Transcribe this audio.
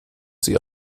sie